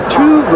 two